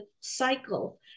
cycle